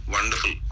Wonderful